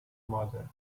mother